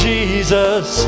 Jesus